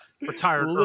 retired